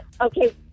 Okay